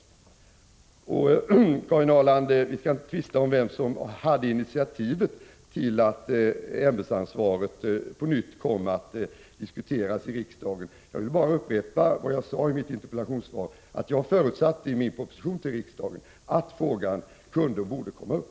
Vi skall inte, Karin Ahrland, tvista om vem som tog initiativ till att frågan om ämbetsansvaret på nytt kom att diskuteras i riksdagen. Jag vill bara upprepa vad jag har sagt i interpellationssvaret, nämligen att jag förutsatte i propositionen till riksdagen att frågan kunde och borde komma upp.